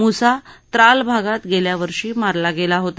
मुसा त्राल भागात गेल्या वर्षी मारला गेला होता